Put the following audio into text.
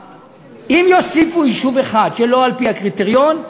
אם יוסיפו יישוב אחד שלא על-פי הקריטריון,